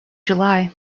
july